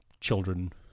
children